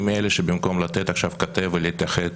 מאלה שבמקום לתת עכשיו כתף ולהתאחד,